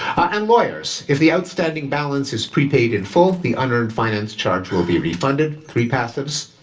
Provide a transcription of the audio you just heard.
and lawyers. if the outstanding balance is prepaid in full, the unearned finance charge will be refunded. three passives.